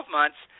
months